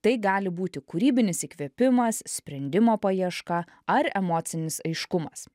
tai gali būti kūrybinis įkvėpimas sprendimo paieška ar emocinis aiškumas